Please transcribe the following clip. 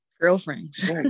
Girlfriends